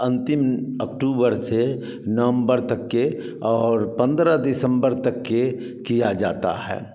अंतिम अक्टूबर से नवम्बर तक के और पंद्रह दिसम्बर तक के किया जाता है